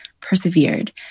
persevered